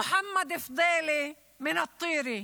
מוחמד פדילה מטירה,